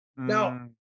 Now